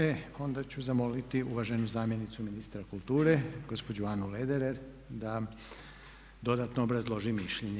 E onda ću zamoliti uvaženu zamjenicu ministra kulture, gospođu Anu Lederer, da dodatno obrazloži mišljenje.